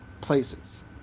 places